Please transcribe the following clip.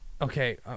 okay